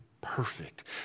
perfect